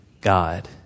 God